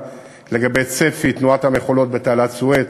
לגבי צפי תנועת המכולות בתעלת סואץ,